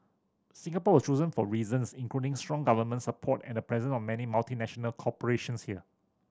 Singapore was chosen for reasons including strong government support and the presence of many multinational corporations here